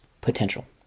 potential